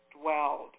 dwelled